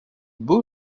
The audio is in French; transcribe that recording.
beau